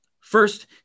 First